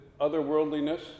otherworldliness